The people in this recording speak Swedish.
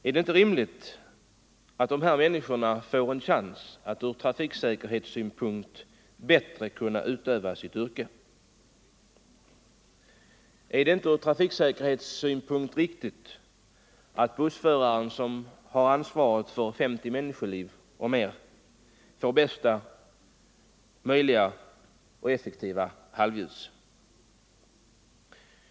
Är det inte rimligt att de här människorna får 20 november 1974 en chans att ur trafiksäkerhetssynpunkt bättre utöva sitt yrke? Är det n inte ur trafiksäkerhetssynpunkt riktigt att bussföraren, som har ansvaret — Trafiksäkerheten för 50 människoliv — ibland många fler — får effektivaste möjliga halvljus? — m.m.